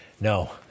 No